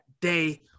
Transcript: day